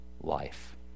life